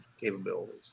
capabilities